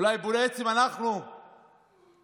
אולי בעצם אנחנו מובילים